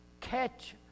catch